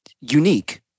unique